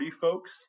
folks